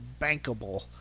bankable